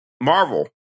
Marvel